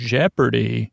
Jeopardy